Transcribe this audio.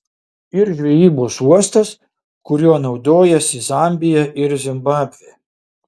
ir žvejybos uostas kuriuo naudojasi zambija ir zimbabvė